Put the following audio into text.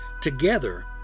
together